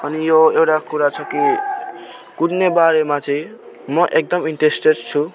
अनि यो एउटा कुरा छ कि कुद्ने बारेमा चाहिँ म एकदम इन्ट्रेस्टेड छु